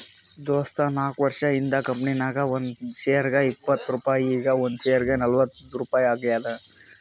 ದೋಸ್ತ ನಾಕ್ವರ್ಷ ಹಿಂದ್ ಕಂಪನಿ ನಾಗ್ ಒಂದ್ ಶೇರ್ಗ ಇಪ್ಪತ್ ರುಪಾಯಿ ಈಗ್ ಒಂದ್ ಶೇರ್ಗ ನಲ್ವತ್ ರುಪಾಯಿ ಆಗ್ಯಾದ್